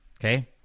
okay